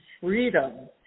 freedom